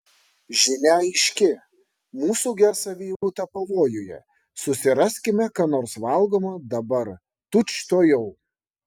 žinia aiški mūsų gera savijauta pavojuje susiraskime ką nors valgomo dabar tučtuojau